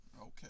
Okay